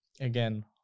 Again